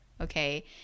okay